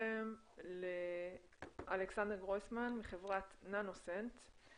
לאלכסנדר גרויסמן מחברת ננוסנטס.